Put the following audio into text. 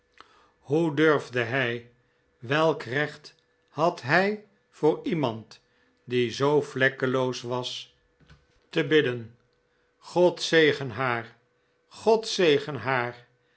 hoe durfde hij welk recht had hij voor iemand die zoo vlekkeloos was te bidden god zegen haar god zegen